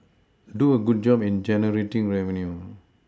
do a good job in generating revenue